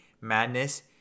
madness